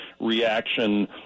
reaction